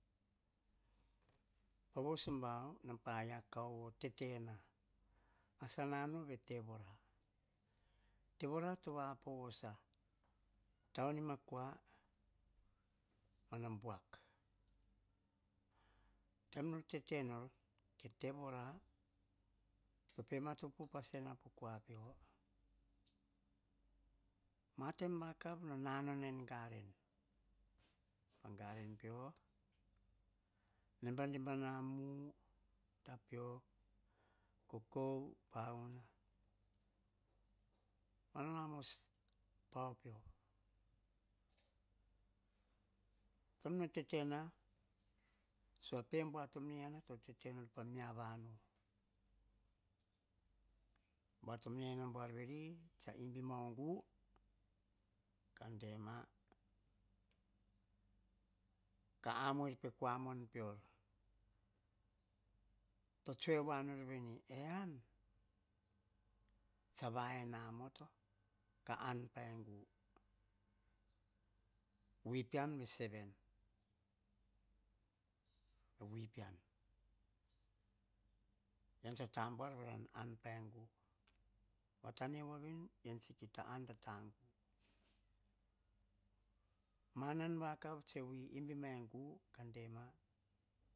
Pa voso bau, na paia kauvo tete na, asanano ve tevora. Tevora to vapo vosa taunima kua mana buak. Taim nor tete nor, tevona pe to, matopo upas sena po kua pio. Ma taim vakav no nanau en garen, pa garen pio. Nemba nemba na mu, tapiok, kokou, pahuna, mamos pau pio. Taim no tete na, so te bua tom nayiana to tete nor pa mia vanu. Bua tom nayiana buar veri, tsa imbe ma o ga kan dema, ka amu er pe kua man pior. To tsue wa nor veni, e yian tsa va yen amoto ka an pa e gu wi pean ve seven. Wi pean. Eyian tsa ta ambuar ka an pa e gu. Vatane ua veni yian tsa ia ta an ta tang gu. Ma nan vakav, ne wi imbi ma gu, pio ka dema,